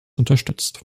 unterstützt